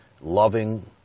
loving